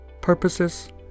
purposes